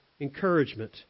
encouragement